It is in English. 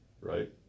Right